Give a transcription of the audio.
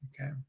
Okay